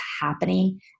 happening